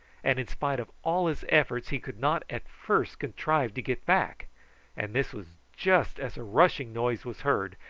and in spite of all his efforts he could not at first contrive to get back and this was just as a rushing noise was heard,